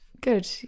good